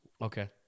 Okay